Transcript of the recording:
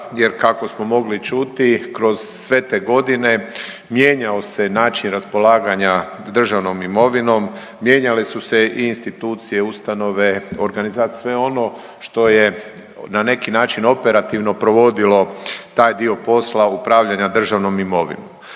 jer kako smo mogli čuti kroz sve te godine mijenjao se način raspolaganja državnom imovinom, mijenjale su se i institucije, ustanove, organizacije, sve ono što je na neki način operativno provodilo taj dio posla upravljanja državnom imovinom.